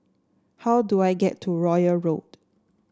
how do I get to Royal Road